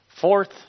Fourth